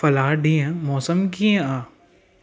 फलां ॾींहुं मौसम कीअं आहे